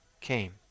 came